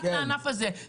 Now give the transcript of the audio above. רק לענף הזה.